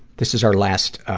this is our last, ah,